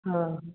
हाँ